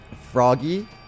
Froggy